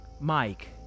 Mike